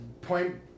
point